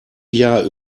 jahr